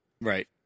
Right